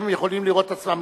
הם יכולים לראות את עצמם,